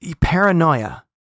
paranoia